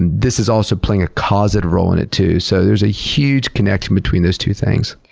and this is also playing a causative role in it too. so there's a huge connection between those two things.